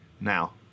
now